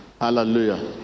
Hallelujah